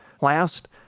Last